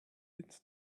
its